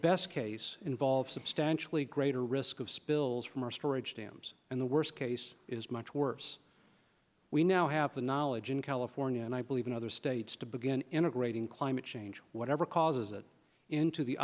best case involve substantially greater risk of spills from our storage dams and the worst case is much worse we now have the knowledge in california and i believe in other states to begin integrating climate change whatever causes it into the